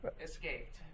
escaped